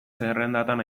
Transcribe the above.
zerrendatan